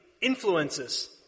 influences